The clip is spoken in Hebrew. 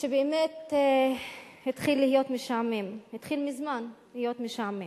שבאמת התחיל להיות משעמם, התחיל מזמן להיות משעמם,